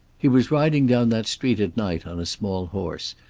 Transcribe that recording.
he was riding down that street at night on a small horse,